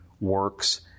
works